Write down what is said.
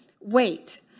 wait